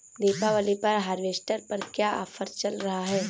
दीपावली पर हार्वेस्टर पर क्या ऑफर चल रहा है?